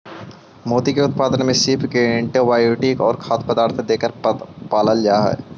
मोती के उत्पादन में सीप को एंटीबायोटिक और खाद्य पदार्थ देकर पालल जा हई